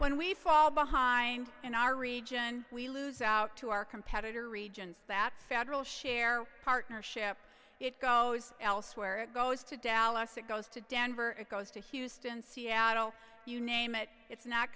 when we fall behind in our region we lose out to our competitor regions that federal share partnership it goes elsewhere it goes to dallas it goes to denver it goes to houston seattle you name it it's not